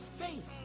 faith